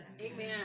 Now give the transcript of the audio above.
Amen